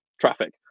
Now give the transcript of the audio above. traffic